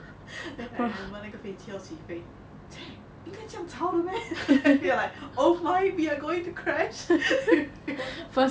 then I remember 那个飞机要起飞姐因该这样吵的么 oh my we are going to crash